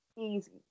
easy